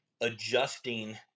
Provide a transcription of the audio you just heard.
adjusting